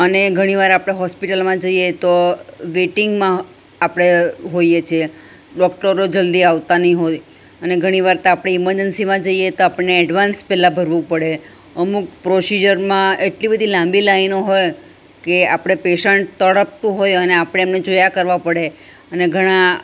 અને ઘણી વાર આપણે હોસ્પિટલમાં જઈએ તો વેટિંગમાં આપણે હોઈએ છીએ ડૉક્ટરો જલ્દી આવતા નહિ હોય અને ઘણી વાર તો આપણે ઇમરજન્સીમાં જઈએ તો આપણને એડવાંન્સ પહેલાં ભરવું પડે અમુક પ્રોસીજરમાં એટલી બધી લાંબી લાઈનો હોય કે આપણે પેશન્ટ તડપતું હોય અને આપણે એમને જોયા કરવા પડે અને ઘણા